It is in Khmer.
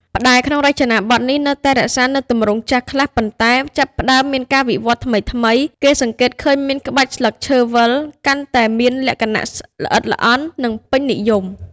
ផ្តែរក្នុងរចនាបថនេះនៅតែរក្សានូវទម្រង់ចាស់ខ្លះ ប៉ុន្តែចាប់ផ្តើមមានការវិវត្តន៍ថ្មីៗ គេសង្កេតឃើញមាន ក្បាច់ស្លឹកឈើវិល កាន់តែមានលក្ខណៈល្អិតល្អន់ និងពេញនិយម។